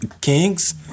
Kings